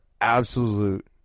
absolute